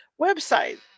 Website